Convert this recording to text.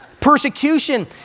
persecution